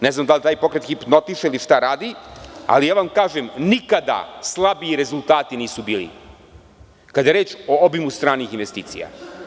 Ne znam da li taj pokret hipnotiše ili šta radi, ali ja vam kažem nikada slabiji rezultati nisu bili, jer kada je reč o obimu stranih investicija.